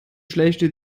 schlechte